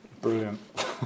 Brilliant